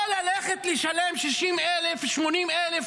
או ללכת לשלם 60,000,